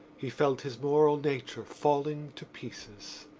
he felt his moral nature falling to pieces.